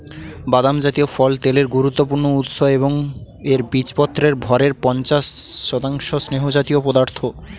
বাদাম জাতীয় ফল তেলের গুরুত্বপূর্ণ উৎস এবং এর বীজপত্রের ভরের পঞ্চাশ শতাংশ স্নেহজাতীয় পদার্থ